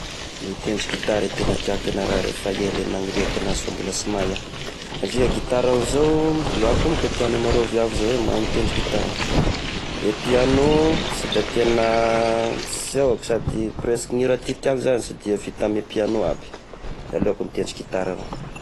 Mitendry gitara tegna tiako hiagnara, efa ela ny naniriako an'azy fa mbola sy mahay iaho, satria gitara ao zao, io aby koa manko tia maro a viavy izao eh, mahay mitendry gitara, i piano sy da tegna sy ahoako sady presque ny hira tiatiagny zagny sy dia vita amy piano aby. De aleoko mitendry gitara avao.